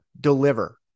deliver